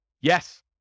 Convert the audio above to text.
Yes